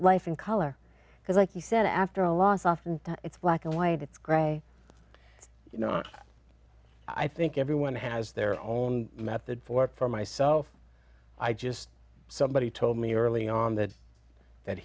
life in color because like you said after a loss often it's black and white it's gray you know i think everyone has their own method for for myself i just somebody told me early on that that